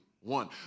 one